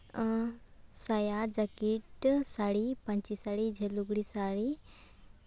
ᱟᱨ ᱥᱟᱭᱟ ᱡᱟᱹᱠᱤᱴ ᱥᱟᱹᱲᱤ ᱯᱟᱹᱧᱪᱤ ᱥᱟᱹᱲᱤ ᱡᱷᱟᱹᱞ ᱞᱩᱜᱽᱲᱤ ᱥᱟᱹᱲᱤ